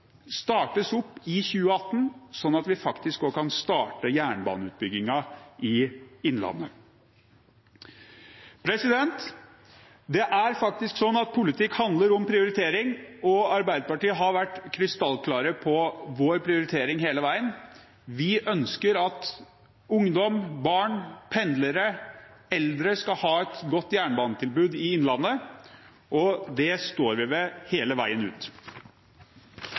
startes opp i 2018, slik at vi faktisk også kan starte jernbaneutbyggingen i Innlandet. Det er faktisk slik at politikk handler om prioritering, og Arbeiderpartiet har hele veien vært krystallklare på vår prioritering: Vi ønsker at ungdom, barn, pendlere og eldre skal ha et godt jernbanetilbud i Innlandet, og det står vi ved hele veien ut.